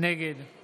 נגד